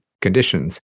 conditions